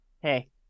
Hey